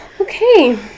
Okay